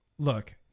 Look